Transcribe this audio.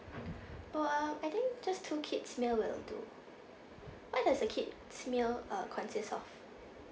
oh I think just two kids meal will do what does a kid's meal uh consist of